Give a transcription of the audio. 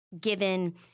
given